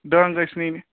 ڈونٛگہٕ ٲسۍ نِنۍ